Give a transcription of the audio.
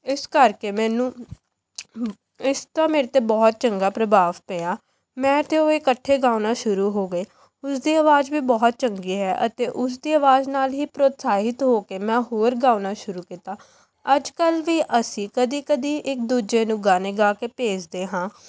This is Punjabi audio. ਇਸ ਕਰਕੇ ਮੈਨੂੰ ਇਸ ਦਾ ਮੇਰੇ 'ਤੇ ਬਹੁਤ ਚੰਗਾ ਪ੍ਰਭਾਵ ਪਿਆ ਮੈਂ ਅਤੇ ਉਹ ਇਕੱਠੇ ਗਾਉਣਾ ਸ਼ੁਰੂ ਹੋ ਗਏ ਉਸ ਦੀ ਆਵਾਜ਼ ਵੀ ਬਹੁਤ ਚੰਗੀ ਹੈ ਅਤੇ ਉਸ ਦੀ ਆਵਾਜ਼ ਨਾਲ਼ ਹੀ ਪ੍ਰੋਤਸਾਹਿਤ ਹੋ ਕੇ ਮੈਂ ਹੋਰ ਗਾਉਣਾ ਸ਼ੁਰੂ ਕੀਤਾ ਅੱਜ ਕੱਲ੍ਹ ਵੀ ਅਸੀਂ ਕਦੀ ਕਦੀ ਇੱਕ ਦੂਜੇ ਨੂੰ ਗਾਣੇ ਗਾ ਕੇ ਭੇਜਦੇ ਹਾਂ